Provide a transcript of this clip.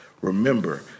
Remember